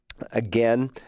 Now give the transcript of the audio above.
again